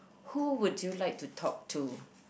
who would you like to talk to